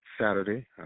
Saturday